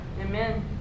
Amen